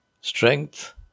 strength